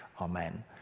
Amen